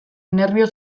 nerbio